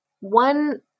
one